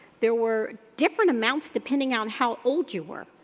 there were different amounts depending on how old you were,